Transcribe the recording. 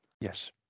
Yes